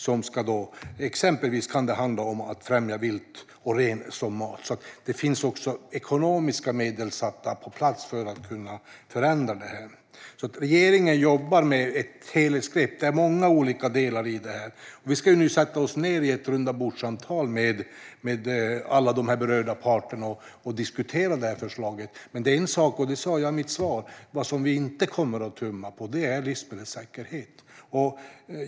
Det kan exempelvis handla om att främja vilt och renkött som mat. Det finns alltså också ekonomiska medel för att kunna förändra det här. Regeringen jobbar med att ta ett helhetsgrepp. Det är många olika delar i det här. Vi ska nu sätta oss i ett rundabordssamtal med alla berörda parter och diskutera förslaget. Men det är en sak som vi inte kommer att tumma på - det sa jag också i mitt svar - och det är livsmedelssäkerhet.